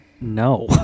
no